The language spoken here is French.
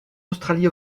australie